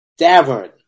Davern